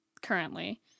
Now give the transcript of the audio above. currently